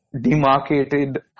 demarcated